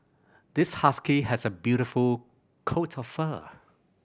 this husky has a beautiful coat of fur